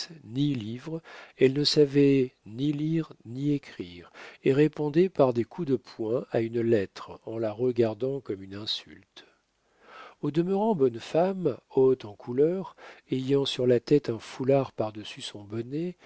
ni livres elle ne savait ni lire ni écrire et répondait par des coups de poing à une lettre en la regardant comme une insulte au demeurant bonne femme haute en couleur ayant sur la tête un foulard par-dessus son bonnet